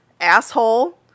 asshole